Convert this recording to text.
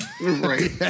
Right